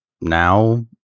now